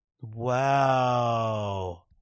Wow